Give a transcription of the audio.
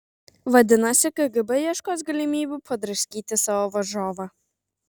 vadinasi kgb ieškos galimybių padraskyti savo varžovą